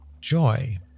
joy